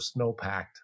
snowpacked